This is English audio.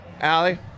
Allie